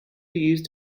used